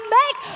make